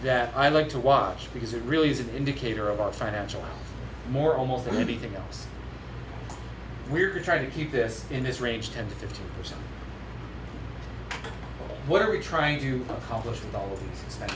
that i like to watch because it really is an indicator of our financial more almost anything else we're trying to keep this in this range ten to fifteen percent what are we trying to accomplish